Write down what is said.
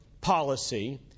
policy